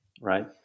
right